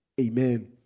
Amen